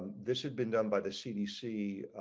this has been done by the cdc.